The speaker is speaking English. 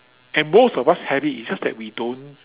and most of us have it it's just that we don't